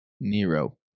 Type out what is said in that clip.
Nero